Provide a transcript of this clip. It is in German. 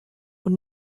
und